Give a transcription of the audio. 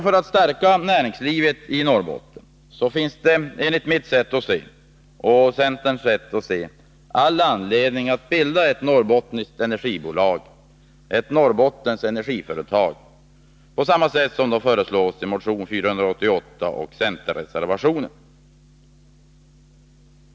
För att stärka näringslivet i Norrbotten finns det enligt mitt och centerns sätt att se all anledning att bilda ett norrbottniskt energibolag, ett Norrbottens energiföretag, som föreslås i motion 488 och centerreservationen.